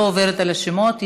לא עוברת על השמות,